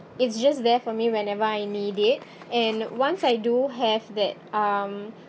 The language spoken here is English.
it's just there for me whenever I need it and once I do have that um